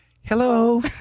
Hello